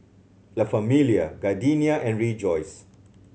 La Famiglia Gardenia and Rejoice